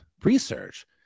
research